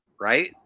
Right